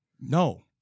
No